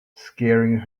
scaring